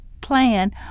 plan